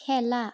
খেলা